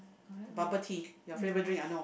bubble tea your favourite drink I know